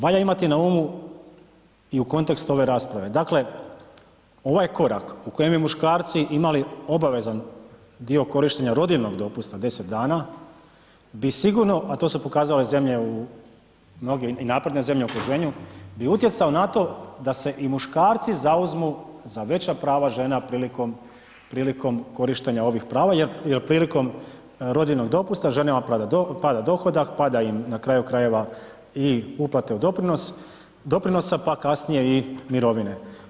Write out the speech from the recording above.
Valja imati na umu i u kontekstu ove rasprave, dakle ovaj korak u kojem bi muškarci imali obavezan dio korištenja rodiljnog dopusta, 10 dana, bi sigurno, a to su pokazale i zemlje u, mnoge i napredne zemlje u okruženju, bi utjecao na to da se i muškarci zauzmu za veća prava žena prilikom, prilikom korištenja ovih prava jer, jer prilikom rodiljnog dopusta ženama pada dohodak, pada im na kraju krajeva i uplate u doprinos, doprinosa, pa kasnije i mirovine.